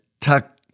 tuck